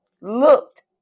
looked